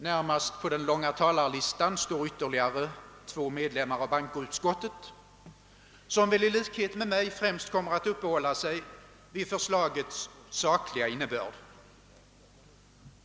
Närmast på den långa talarlistan står ytterligare två medlemmar av bankoutskottet, vilka väl i likhet med mig främst kommer att uppehålla sig vid förslagets sakliga innebörd.